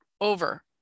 over